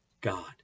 God